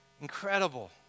incredible